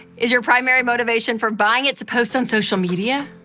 is your primary motivation for buying it to post on social media?